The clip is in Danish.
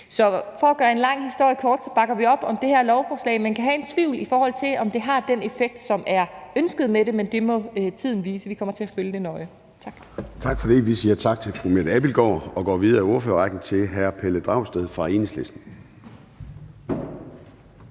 For at gøre en lang historie kort vil jeg sige, at vi bakker op om det her lovforslag, men vi kan have en tvivl om, om det har den effekt, som er ønsket med det, men det må tiden vise. Vi kommer til at følge det nøje. Tak. Kl. 14:06 Formanden (Søren Gade): Tak for det. Vi siger tak til fru Mette Abildgaard og går videre i ordførerrækken til hr. Pelle Dragsted fra Enhedslisten.